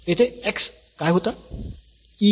तर येथे x काय होता